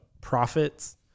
profits